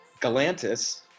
Galantis